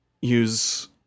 use